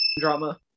drama